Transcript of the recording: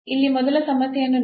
ಇಲ್ಲಿ ಮೊದಲ ಸಮಸ್ಯೆಯನ್ನು ನೋಡೋಣ